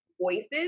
voices